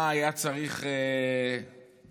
מה היה צריך לומר: